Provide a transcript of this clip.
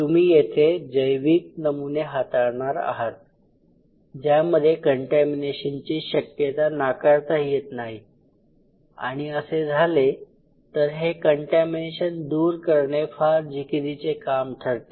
तुम्ही येथे जैविक नमुने हाताळणार आहात ज्यामध्ये कंटॅमीनेशनची शक्यता नाकारता येत नाही आणि असे झाले तर हे कंटॅमीनेशन दूर करणे फार जिकिरीचे काम ठरते